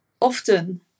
often